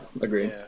agree